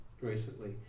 recently